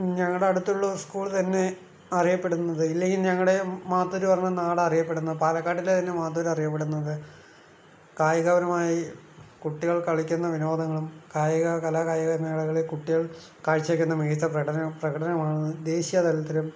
ഞങ്ങളുടെ അടുത്തുള്ള സ്കൂള് തന്നെ അറിയപ്പെടുന്നത് ഇല്ലെങ്കിൽ ഞങ്ങടെ മാത്തൂര് പറഞ്ഞ നാടറിയപ്പെടുന്നത് പാലക്കാടിലെ തന്നെ മാത്തൂരറിയപ്പെടുന്നത് കായികപരമായി കുട്ടികൾ കളിക്കുന്ന വിനോദങ്ങളും കായിക കലാകായിക മേളകളിൽ കുട്ടികൾ കാഴ്ചവയ്ക്കുന്ന മികച്ച പ്രട പ്രകടനമാണ് ദേശീയ തലത്തിലും